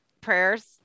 prayers